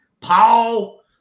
Paul